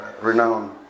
renowned